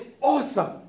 awesome